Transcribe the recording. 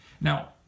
now